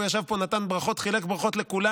הוא ישב פה, חילק כאן ברכות לכולם,